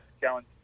challenge